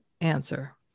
answer